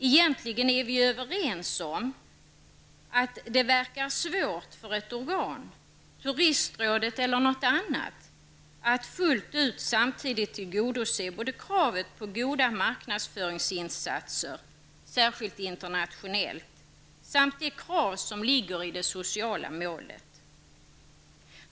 Egentligen är vi överens om att det verkar svårt för ett organ -- turistrådet eller något annat -- att fullt ut samtidigt tillgodose både kravet på goda marknadsföringsinsatser, särskilt internationellt, samt det krav som ligger i det sociala målet.